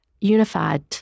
Unified